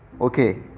Okay